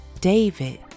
David